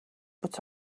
but